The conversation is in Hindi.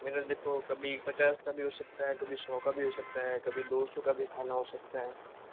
मेरा देखो कभी पचास का भी हो सकता है कभी सौ का भी हो सकता है कभी दो सौ का भी खाना हो सकता है